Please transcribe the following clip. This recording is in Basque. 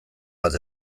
bat